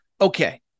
okay